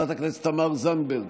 מוותרת, חברת הכנסת תמר זנדברג,